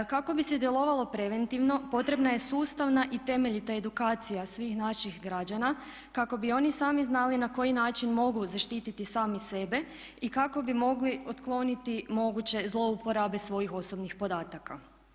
Kako bi se djelovalo preventivno potrebna je sustavna i temeljita edukacija svih naših građana kako bi oni sami znali na koji način mogu zaštiti sami sebe i kako bi mogli otkloniti moguće zlouporabe svojih osobnih podataka.